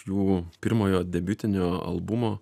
jų pirmojo debiutinio albumo